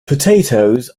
potatoes